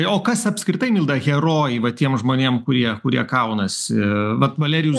o kas apskritai milda herojai va tiem žmonėm kurie kurie kaunasi vat valerijus